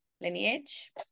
lineage